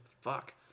fuck